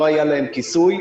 לא היה להם כיסוי,